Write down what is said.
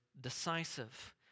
decisive